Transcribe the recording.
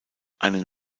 einen